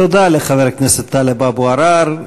תודה לחבר הכנסת טלב אבו עראר.